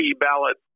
ballot